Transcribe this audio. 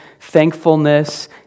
thankfulness